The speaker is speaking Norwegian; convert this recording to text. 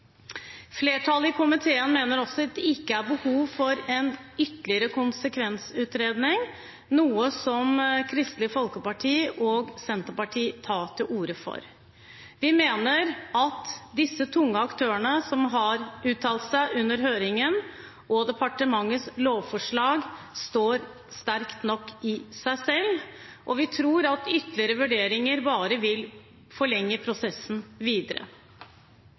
Flertallet i komiteen mener også at det ikke er behov for en ytterligere konsekvensutredning – noe som Kristelig Folkeparti og Senterpartiet tar til orde for. Vi mener at disse tunge aktørene, som har uttalt seg under høringen, og departementets lovforslag står sterkt nok i seg selv, og vi tror at ytterligere vurderinger bare vil forlenge prosessen videre.